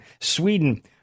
Sweden